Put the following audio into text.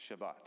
Shabbat